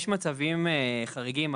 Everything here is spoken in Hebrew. יש מצבים חריגים.